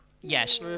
yes